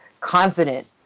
confident